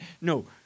no